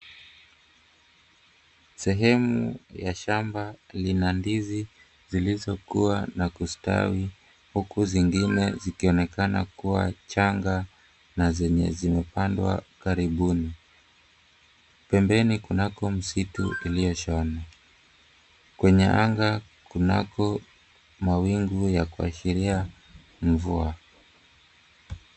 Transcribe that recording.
Sehemu ya shamba lina ndizi zilizokua na kustawi huku zingine zikionekana kuwa changa na zenye zimepandwa karibuni. Pembeni kunako msitu iliyoshona. Kwenye anga kunako mawingu ya kuashiria mvua.